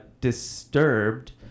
disturbed